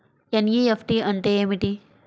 NEFT అంటే ఏమిటి?